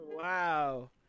Wow